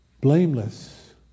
Blameless